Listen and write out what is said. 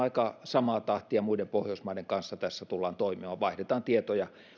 aika samaa tahtia muiden pohjoismaiden kanssa tässä tullaan toimimaan vaihdetaan tietoja